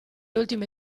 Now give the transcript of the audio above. ultime